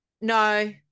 No